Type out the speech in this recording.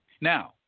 now